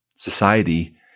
society